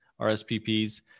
RSPPs